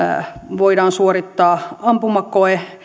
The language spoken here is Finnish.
voidaan suorittaa ampumakoe